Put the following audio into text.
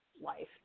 life